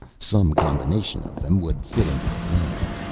some combination of them would fit into the plan.